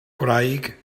gwraig